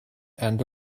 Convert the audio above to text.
and